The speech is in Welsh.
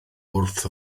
wrth